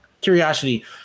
curiosity